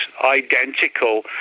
identical